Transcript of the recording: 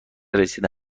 رسیده